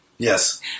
Yes